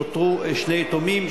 ונותרו שני יתומים,